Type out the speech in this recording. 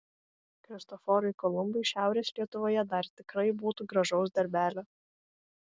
kristoforui kolumbui šiaurės lietuvoje dar tikrai būtų gražaus darbelio